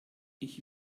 ich